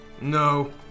No